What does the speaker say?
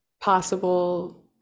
possible